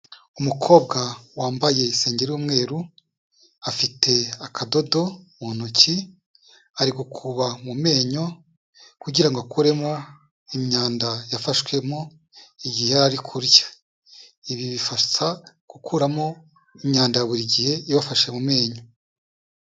Umukobwa wambaye isengeri y'umweru, afite akadodo mu ntoki, ari gukuba mu menyo kugira ngo akuremo imyanda yafashwemo igihe yari ari kurya, ibi bifasha gukuramo imyanda ya buri gihe yofashe mu menyo.